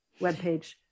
webpage